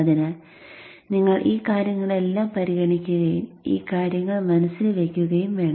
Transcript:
അതിനാൽ നിങ്ങൾ ഈ കാര്യങ്ങളെല്ലാം പരിഗണിക്കുകയും ഈ കാര്യങ്ങൾ മനസ്സിൽ വയ്ക്കുകയും വേണം